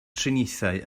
triniaethau